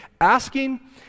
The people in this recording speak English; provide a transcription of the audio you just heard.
Asking